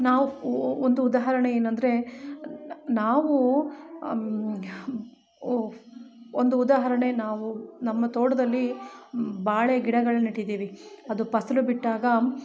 ನಾವು ಒಂದು ಉದಾಹರಣೆ ಏನಂದರೆ ನಾವು ಉಫ್ ಒಂದು ಉದಾಹರಣೆ ನಾವು ನಮ್ಮ ತೋಟದಲ್ಲಿ ಬಾಳೆ ಗಿಡಗಳನ್ನು ನೆಟ್ಟಿದ್ದೀವಿ ಅದು ಫಸ್ಲು ಬಿಟ್ಟಾಗ